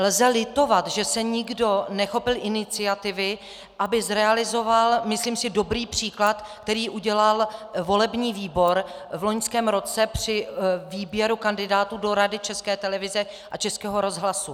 Lze litovat, že se nikdo nechopil iniciativy, aby zrealizoval myslím si dobrý příklad, který udělal volební výbor v loňském roce při výběru kandidátů do Rady České televize a Českého rozhlasu.